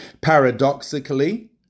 Paradoxically